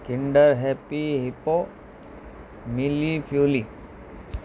Kinder Happy Hippo मिली fully